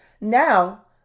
Now